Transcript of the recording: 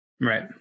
Right